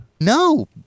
No